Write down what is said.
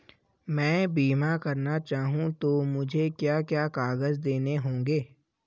मैं बीमा करना चाहूं तो मुझे क्या क्या कागज़ देने होंगे?